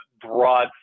broad